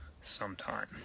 sometime